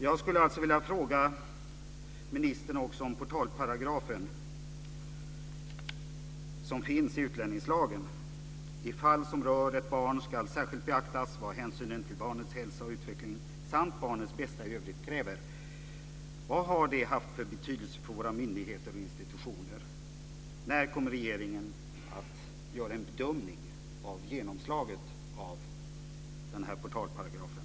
Jag skulle också vilja fråga ministern om portalparagrafen i utlänningslagen. Där står: "I fall som rör ett barn skall särskilt beaktas vad hänsynen till barnets hälsa och utveckling samt barnets bästa i övrigt kräver". Vad har det haft för betydelse för våra myndigheter och institutioner? När kommer regeringen att göra en bedömning av genomslaget av portalparagrafen?